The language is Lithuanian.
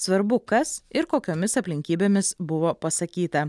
svarbu kas ir kokiomis aplinkybėmis buvo pasakyta